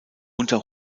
unter